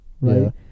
right